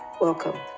Welcome